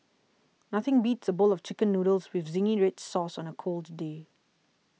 nothing beats a bowl of Chicken Noodles with Zingy Red Sauce on a cold day